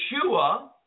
Yeshua